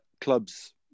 clubs